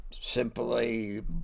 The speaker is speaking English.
simply